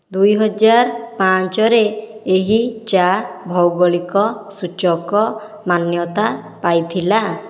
ଦୁଇହଜାର ପାଞ୍ଚରେ ଏହି ଚା ଭୌଗଳିକ ସୂଚକ ମାନ୍ୟତା ପାଇଥିଲା